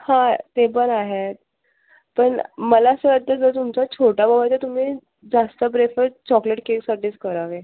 हां ते पण आहे पण मला असं वाटतं सर तुमचा छोट्या भावाला तुम्ही जास्त प्रिफर चॉकलेट केकसाठीच करावे